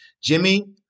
Jimmy